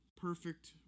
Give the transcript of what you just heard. perfect